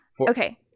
Okay